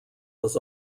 was